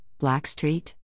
Blackstreet